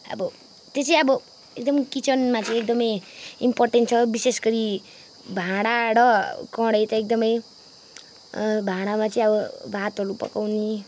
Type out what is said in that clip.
अब त्यो चाहिँ अब एकदम किचनमा चाहिँ एकदमै इम्पोर्टेन्ट छ विशेष गरी भाँडा र कराही त एकदमै भाँडामा चाहिँ अब भातहरू पकाउने